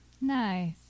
Nice